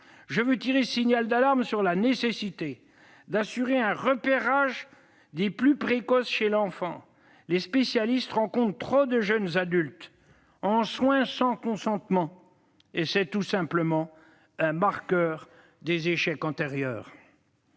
Je veux tirer un signal d'alarme sur la nécessité d'assurer un repérage des plus précoce chez l'enfant. Les spécialistes rencontrent trop de jeunes adultes en soins sans consentement ; c'est tout simplement un marqueur des échecs antérieurs.